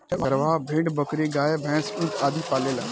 चरवाह भेड़, बकरी, गाय, भैन्स, ऊंट आदि पालेले